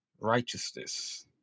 righteousness